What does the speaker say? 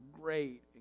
great